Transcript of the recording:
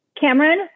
Cameron